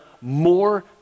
more